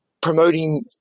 promoting